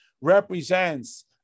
represents